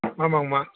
ஆமாங்கம்மா